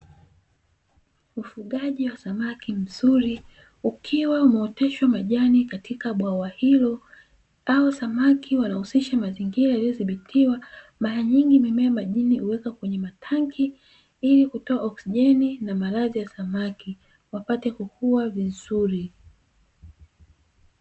Ufugaji wa samaki mzuri, ukiwa umeoteshwa majani katika bwawa hilo hao samaki wanahusishwa mazingira yaliyodhibitiwa, mara nyingi mimea majini huweza kuweka matanki ili kutoa oksijeni na malazi ya samaki wakapate kukua vizuri.